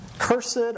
Cursed